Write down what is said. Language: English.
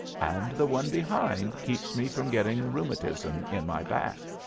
and the one behind keeps me from getting rheumatism in my back.